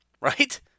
right